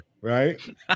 right